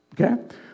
Okay